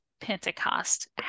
Pentecost